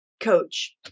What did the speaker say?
coach